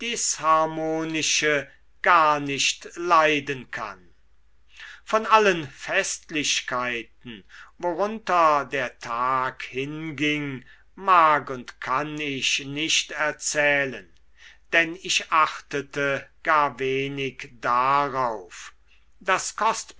gar nicht leiden kann von allen festlichkeiten worunter der tag hinging mag und kann ich nicht erzählen denn ich achtete gar wenig darauf